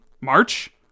March